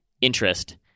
interest